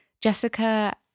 Jessica